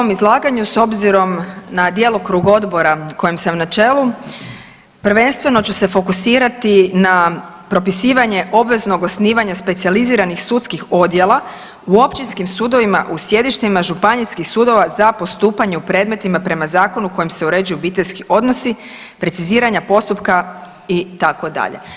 U ovom izlaganju s obzirom na djelokrug odbora kojem sam na čelu prvenstveno ću se fokusirati na propisivanje obveznog osnivanja specijaliziranih sudskih odjela u općinskim sudovima u sjedištima županijskih sudova za postupanje u predmetima prema zakonu kojim se uređuju obiteljski odnosi preciziranja postupka itd.